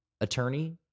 attorney